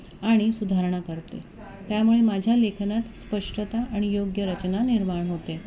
आणि सुधारणा करते त्यामुळे माझ्या लेखनात स्पष्टता आणि योग्य रचना निर्माण होते